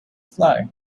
fly